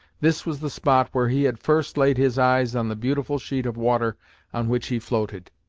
this was the spot where he had first laid his eyes on the beautiful sheet of water on which he floated.